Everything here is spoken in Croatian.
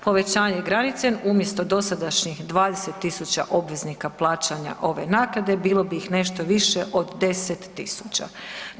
Povećanjem granice umjesto dosadašnjih 20.000 obveznika plaćanja ove naknade bilo bi ih nešto više od 10.000.